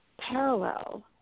parallel